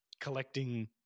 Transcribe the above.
collecting